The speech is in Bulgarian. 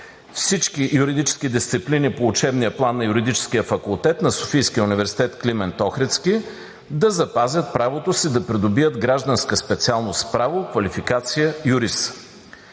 всички юридически дисциплини по учебния план на Юридическия факултет на Софийския университет „Климент Охридски“ да запазят правото си да придобият гражданска специалност „Право“, квалификация „юрист“.